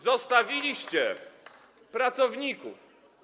Zostawiliście pracowników.